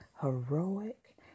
heroic